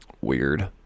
weird